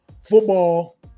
football